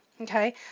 okay